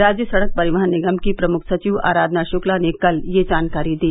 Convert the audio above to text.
राज्य सड़क परिवहन निगम की प्रमुख सचिव आराधना शुक्ला ने कल यह जानकारी दी